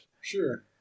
sure